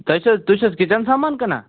تۅہہِ چھِو حظ تُہۍ چھِو حظ کِچَن سامان کٕنان